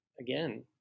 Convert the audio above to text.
again